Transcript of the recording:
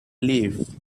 live